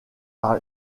par